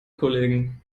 kollegen